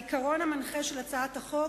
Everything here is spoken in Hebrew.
העיקרון המנחה של הצעת החוק,